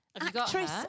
actress